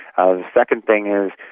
ah the second thing is,